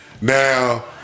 Now